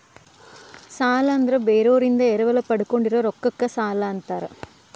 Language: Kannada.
ಸಾಲ ಅಂದ್ರ ಬೇರೋರಿಂದ ಎರವಲ ಪಡ್ಕೊಂಡಿರೋ ರೊಕ್ಕಕ್ಕ ಸಾಲಾ ಅಂತಾರ